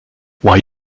why